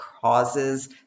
causes